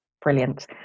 Brilliant